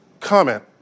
comment